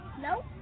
Nope